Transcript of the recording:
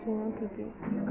छैन के के